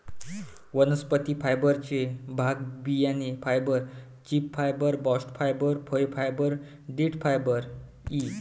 वनस्पती फायबरचे भाग बियाणे fibre, leaf fibre, bast fibre, फळ फायबर, देठ फायबर इ